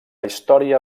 història